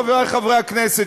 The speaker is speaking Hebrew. חברי חברי הכנסת,